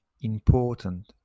important